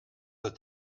that